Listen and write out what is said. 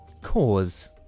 Cause